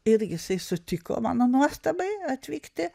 irgi jisai sutiko mano nuostabai atvykti